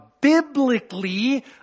biblically